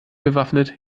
bewaffnet